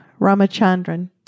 Ramachandran